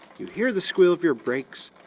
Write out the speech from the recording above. you hear the squeal of your brakes,